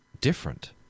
different